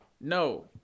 No